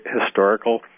historical